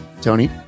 Tony